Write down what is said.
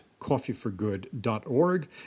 coffeeforgood.org